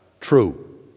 true